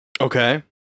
Okay